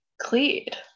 cleared